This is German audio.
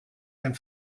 den